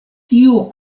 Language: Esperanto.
tiu